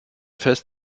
fest